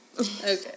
okay